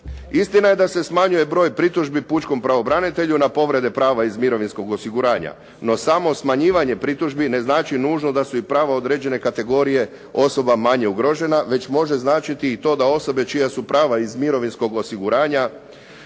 Istina je da se smanjuje broj pritužbi pučkom pravobranitelju na povrede prava iz mirovinskog osiguranja. No, samo smanjivanje pritužbi ne znači nužno da su i prava određene kategorije osoba manje ugrožena, već može značiti i to da osobe čija su prava iz mirovinskog osiguranja